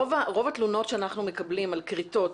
רוב התלונות שאנחנו מקבלים על כריתות